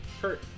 Kurt